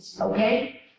Okay